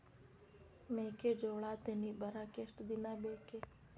ಮೆಕ್ಕೆಜೋಳಾ ತೆನಿ ಬರಾಕ್ ಎಷ್ಟ ದಿನ ಬೇಕ್?